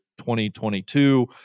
2022